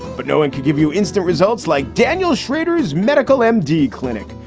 but no one could give you instant results like daniel schrader's medical m d. clinic.